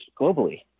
globally